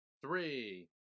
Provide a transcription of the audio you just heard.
three